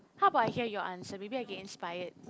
how about I hear your answer maybe I'll get inspired